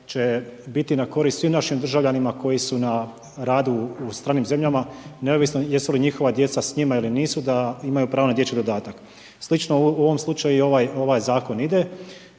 će biti na korist svim našim državljanima koji su na radu u stranim zemljama neovisno jesu li njihova djeca s njima ili nisu, da imaju pravo na dječji dodatak. Slično u ovom slučaju i ovaj zakon ide.